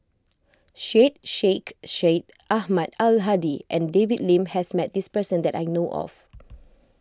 Syed Sheikh Syed Ahmad Al Hadi and David Lim has met this person that I know of